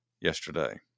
yesterday